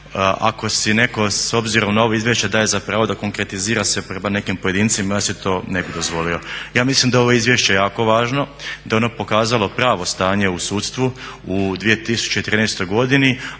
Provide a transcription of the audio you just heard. ako si netko s obzirom na ovo izvješće daje za pravo da se konkretizira prema nekim pojedincima ja si to ne bi dozvolio. Ja mislim da je ovo izvješće jako važno, da je ono pokazalo pravo stanje u sudstvu u 2013.godini,